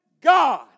God